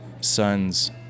son's